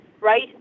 right